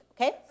okay